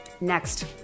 Next